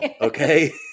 Okay